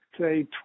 say